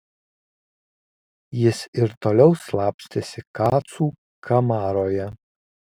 jis ir toliau slapstėsi kacų kamaroje